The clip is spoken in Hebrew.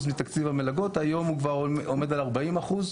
מתקציב המלגות היום הוא כבר עומד על 40 אחוז.